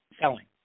selling